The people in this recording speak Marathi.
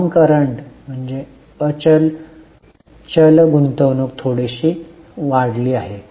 नॉनकॉरंट गुंतवणूक थोडीशी वाढली आहे